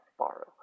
Borrow